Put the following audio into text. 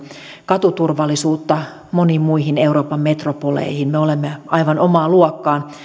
katuturvallisuutta moniin muihin euroopan metropoleihin me olemme aivan omaa luokkaamme